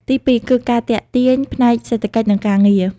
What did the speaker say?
ទីពីរគឺការទាក់ទាញផ្នែកសេដ្ឋកិច្ចនិងការងារ។